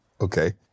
Okay